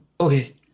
Okay